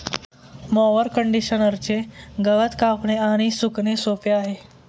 mower कंडिशनरचे गवत कापणे आणि सुकणे सोपे आहे